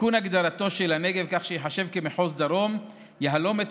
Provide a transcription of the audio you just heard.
תיקון הגדלתו של הנגב כך שייחשב למחוז דרום יהלום את